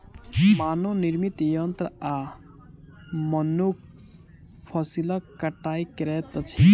मानव निर्मित यंत्र आ मनुख फसिलक कटाई करैत अछि